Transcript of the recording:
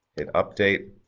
hit update,